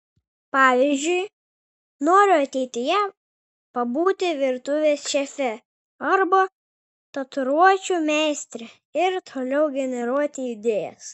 pavyzdžiui noriu ateityje pabūti virtuvės šefe arba tatuiruočių meistre ir toliau generuoti idėjas